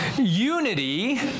unity